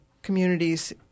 Communities